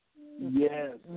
Yes